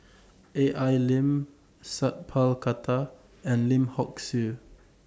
A L Lim Sat Pal Khattar and Lim Hock Siew